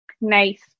nice